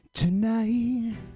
Tonight